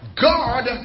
God